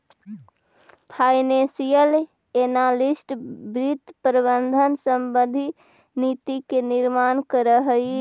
financial analyst वित्त प्रबंधन संबंधी नीति के निर्माण करऽ हइ